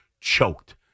choked